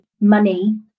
money